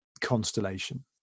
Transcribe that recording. constellation